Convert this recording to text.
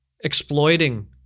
exploiting